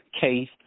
case